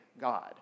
God